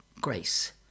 grace